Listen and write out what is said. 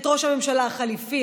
את ראש הממשלה החליפי,